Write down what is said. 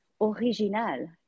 original